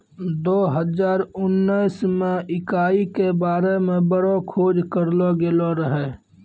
दो हजार उनैस मे इकाई के बारे मे बड़ो खोज करलो गेलो रहै